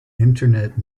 internet